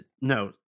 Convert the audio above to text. no